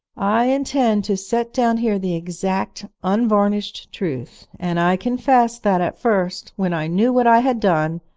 i intend to set down here the exact unvarnished truth, and i confess that at first, when i knew what i had done,